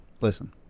listen